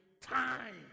time